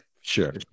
Sure